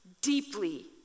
deeply